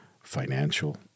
financial